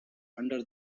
under